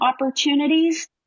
opportunities